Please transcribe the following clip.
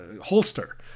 holster